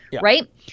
right